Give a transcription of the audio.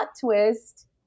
twist